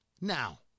Now